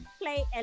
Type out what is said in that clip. play